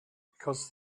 because